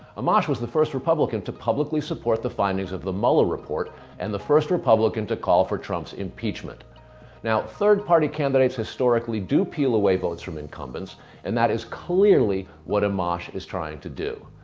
amash was the first republican to publicly support the findings of the muller report report and the first republican to call for trump's impeachment now third-party candidates historically do peel away votes from incumbents and that is clearly what amash is trying to do.